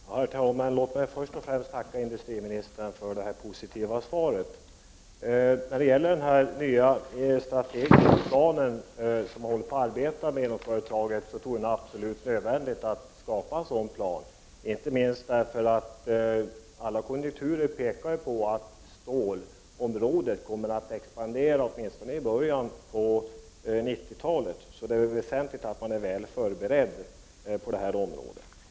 Herr talman! Låt mig först och främst tacka industriministern för det positiva svaret. Jag tror det är absolut nödvändigt att skapa en sådan ny, strategisk plan som man håller på att arbeta med inom företaget, inte minst därför att alla konjunkturer pekar på att stålområdet kommer att expandera åtminstone i början på 90-talet, så det är väsentligt att vara väl förberedd på det området.